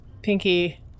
Pinky